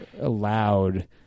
allowed